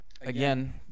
again